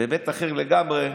אחר לגמרי,